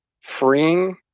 freeing